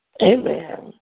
Amen